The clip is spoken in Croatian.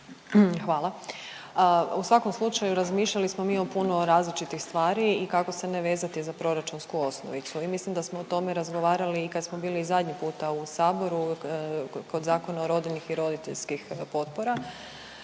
Hvala. U svakom slučaju razmišljali smo mi o puno različitih stvari i kako se ne vezati za proračunsku osnovicu i mislim da smo o tome razgovarali i kad smo bili zadnji puta u saboru kod Zakona o rodiljnih i roditeljskih potpora.